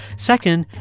second,